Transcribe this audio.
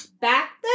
back